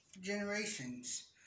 generations